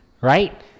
Right